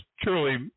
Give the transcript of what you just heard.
truly